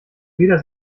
weder